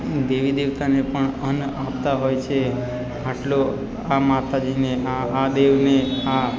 દેવી દેવતાને પણ અન્ન આપતા હોય છે આટલો આ માતાજીને ને આ આ દેવને આ